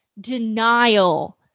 denial